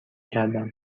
کردم